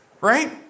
Right